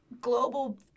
global